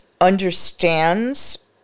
understands